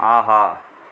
ஆஹா